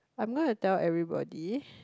I'm gonna tell everybody